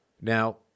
Now